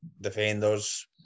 defenders